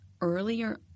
earlier